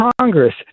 Congress